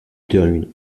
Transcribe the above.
termine